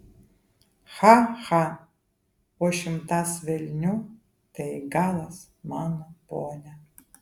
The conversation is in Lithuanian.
cha cha po šimtas velnių tai galas mano pone